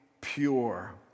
pure